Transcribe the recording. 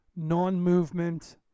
non-movement